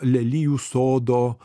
lelijų sodo